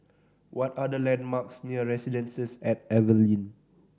what are the landmarks near Residences at Evelyn